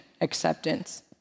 acceptance